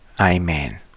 Amen